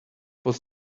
was